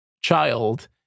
child